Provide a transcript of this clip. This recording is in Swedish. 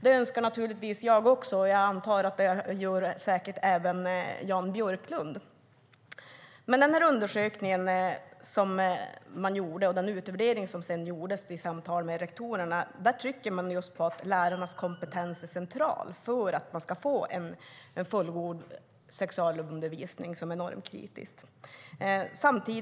Det önskar naturligtvis jag också, och det gör säkert även Jan Björklund. I undersökningen som man gjorde och i den utvärdering som sedan gjordes i samtal med rektorerna trycker man på att lärarnas kompetens är central för att man ska få en fullgod sexualundervisning som är normkritisk.